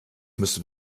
müssen